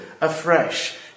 afresh